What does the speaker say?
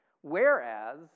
Whereas